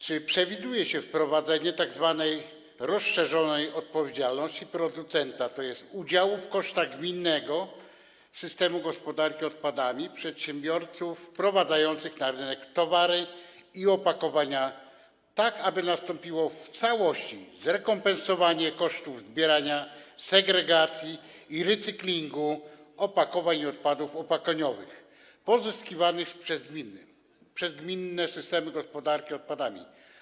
Czy przewiduje się wprowadzenie tzw. rozszerzonej odpowiedzialności producenta, tj. udziału w kosztach gminnego systemu gospodarki odpadami przedsiębiorców wprowadzających na rynek towary i opakowania, tak aby nastąpiło w całości zrekompensowanie kosztów zbierania, segregacji i recyklingu opakowań i odpadów opakowaniowych pozyskiwanych przez gminne systemy gospodarki odpadami?